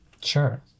sure